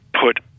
put